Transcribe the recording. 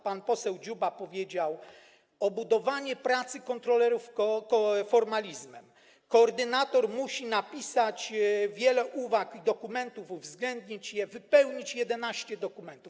Pan poseł Dziuba powiedział: obudowanie pracy kontrolerów formalizmem, koordynator musi napisać wiele uwag i dokumentów, uwzględnić je, wypełnić 11 dokumentów.